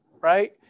right